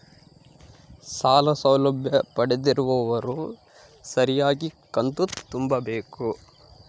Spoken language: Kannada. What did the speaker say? ಸಾಲ ಸೌಲಭ್ಯ ಪಡೆದಿರುವವರು ಸರಿಯಾಗಿ ಕಂತು ತುಂಬಬೇಕು?